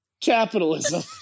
Capitalism